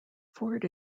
ford